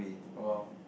!wow!